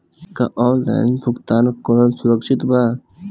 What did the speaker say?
का ऑनलाइन भुगतान करल सुरक्षित बा?